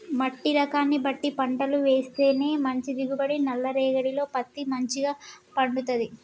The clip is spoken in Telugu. మట్టి రకాన్ని బట్టి పంటలు వేస్తేనే మంచి దిగుబడి, నల్ల రేగఢీలో పత్తి మంచిగ పండుతది